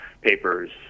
papers